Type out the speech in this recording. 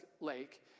lake